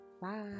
Bye